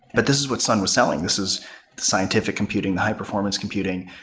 but this is what sun was selling. this is the scientific computing, the high performance computing.